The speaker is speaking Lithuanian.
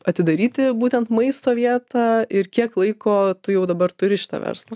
atidaryti būtent maisto vietą ir kiek laiko tu jau dabar turi šitą verslą